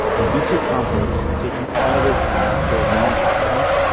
albizu campos taking all this in after a long absence,